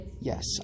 Yes